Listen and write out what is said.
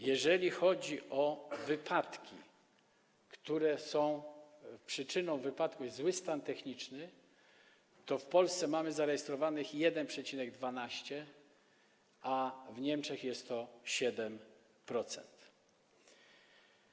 Jeżeli chodzi o wypadki, kiedy przyczyną wypadków jest zły stan techniczny, to w Polsce mamy zarejestrowanych 1,12, a w Niemczech jest to 7%.